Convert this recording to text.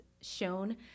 shown